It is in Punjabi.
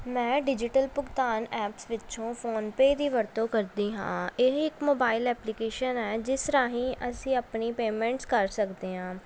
ਮੈਂ ਡਿਜੀਟਲ ਭੁਗਤਾਨ ਐਪਸ ਵਿੱਚੋਂ ਫ਼ੋਨਪੇ ਦੀ ਵਰਤੋਂ ਕਰਦੀ ਹਾਂ ਇਹ ਇੱਕ ਮੋਬਾਈਲ ਐਪਲੀਕੇਸ਼ਨ ਹੈ ਜਿਸ ਰਾਹੀਂ ਅਸੀਂ ਆਪਣੀ ਪੇਮੈਂਟਸ ਕਰ ਸਕਦੇ ਹਾਂ